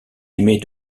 aimait